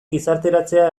gizarteratzea